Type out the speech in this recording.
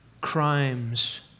crimes